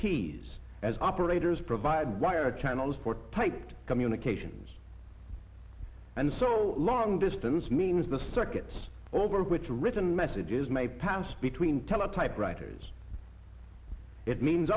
keys as operators provide wire channels for typed communications and so long distance means the circuits over which are written messages may pass between teletype writers it means